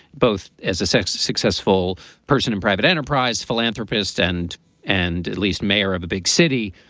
both as a sexy, successful person and private enterprise philanthropist and and at least mayor of a big city.